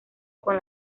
con